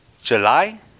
July